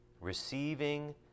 receiving